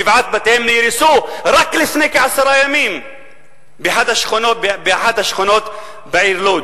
שבעת בתיהם נהרסו רק לפני כעשרה ימים באחת השכונות בעיר לוד.